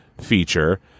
feature